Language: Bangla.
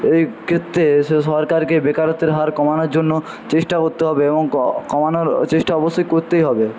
এই ক্ষেত্রে সরকারকে বেকারত্বের হার কমানোর জন্য চেষ্টা করতে হবে এবং কমানোর চেষ্টা অবশ্যই করতেই হবে